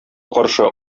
каршы